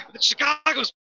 Chicago's